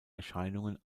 erscheinungen